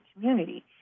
community